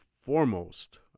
foremost